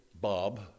Bob